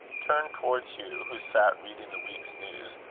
turned towards hugh who sat reading the week's news,